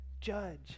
judge